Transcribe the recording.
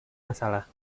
masalah